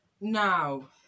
now